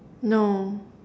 no